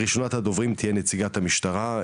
ראשונת הדוברים תהיה נציגת המשטרה,